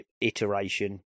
iteration